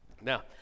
Now